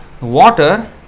Water